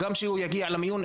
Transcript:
גם כשהוא יגיע למיון,